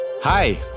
Hi